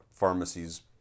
pharmacies